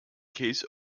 case